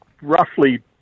roughly